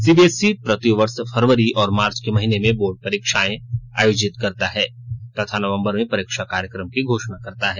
CBSE प्रति वर्ष फरवरी और मार्च के महीने में बोर्ड परीक्षाएं आयोजित करता है तथा नवंबर में परीक्षा कार्यक्रम की घोषणा करता है